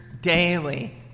daily